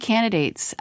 candidates